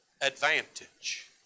advantage